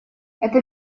это